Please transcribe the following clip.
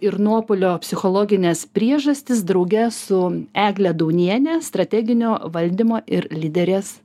ir nuopuolio psichologines priežastis drauge su egle dauniene strateginio valdymo ir lyderės